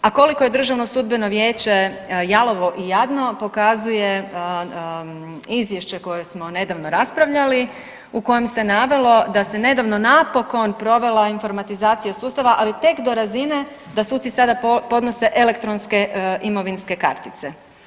A koliko je Državno sudbeno vijeće jalovo i jadno pokazuje izvješće koje smo nedavno raspravljali u kojem se navelo da se nedavno napokon provela informatizacija sustava ali tek do razine da suci sad podnose elektronske imovinske kartice.